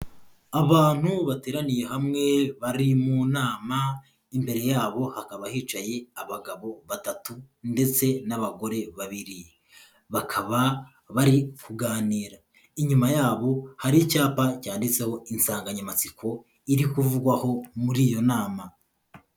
Abantu bateraniye hamwe bari mu nama, imbere yabo hakaba hicaye abagabo batatu ndetse n'abagore babiri. Bakaba bari kuganira. Inyuma yabo hari icyapa cyanditseho insanganyamatsiko iri kuvugwaho muri iyo nama.